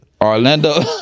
Orlando